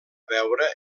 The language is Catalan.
veure